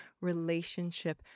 relationship